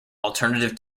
alternative